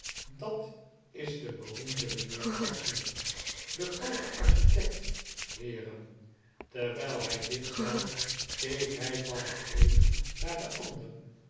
dat isde beroemde mijnheer pecksniff de groote architect heeren terwijl hij dit zei keek hij van den een naar den ander